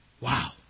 Wow